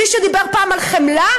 מישהו דיבר פעם על חמלה?